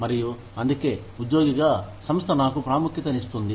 మరియు అందుకే ఉద్యోగిగా సంస్థ నాకు ప్రాముఖ్యత నిస్తుంది